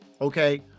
Okay